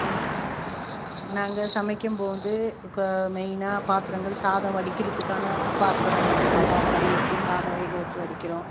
நாங்கள் சமைக்கும்போது மெயினாக பாத்திரங்கள் சாதம் வடிக்கிறத்துக்கான பாத்தரம் குண்டான் மாதிரி வெச்சு சாதம் வேக வெச்சு வடிக்கிறோம்